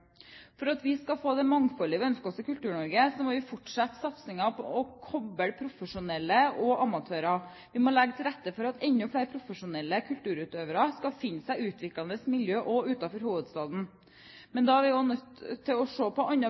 For at vi skal få det mangfoldet vi ønsker oss i Kultur-Norge, må vi fortsette satsingen på å koble profesjonelle og amatører. Vi må legge til rette for at enda flere profesjonelle kulturutøvere kan finne seg utviklende miljø også utenfor hovedstaden. Men da er vi også nødt til å se på